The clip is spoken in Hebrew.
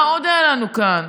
מה עוד היה לנו כאן?